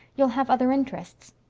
you'll have other interests.